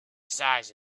size